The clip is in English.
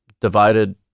divided